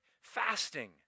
fasting